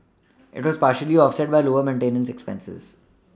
it was partially offset by lower maintenance expenses